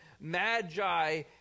magi